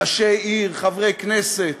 ראשי עיר, חברי כנסת,